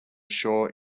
shore